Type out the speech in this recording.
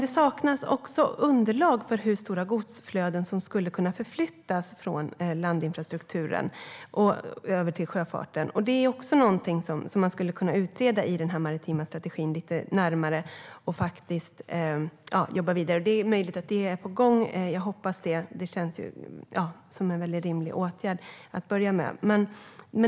Det saknas underlag för hur stora godsflöden som skulle kunna förflyttas från landinfrastrukturen och över till sjöfarten. Det skulle man också kunna utreda lite närmare i den maritima strategin. Det är möjligt att det är på gång. Jag hoppas det, för det känns som en rimlig åtgärd att börja med.